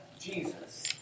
Jesus